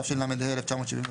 התשל"ה-1975,